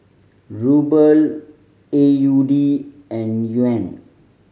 Ruble A U D and Yuan